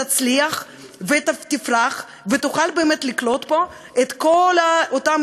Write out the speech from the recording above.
תצליח ותפרח ותוכל לקלוט פה את כל אותם